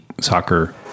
Soccer